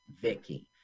Vicky